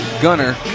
Gunner